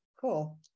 Cool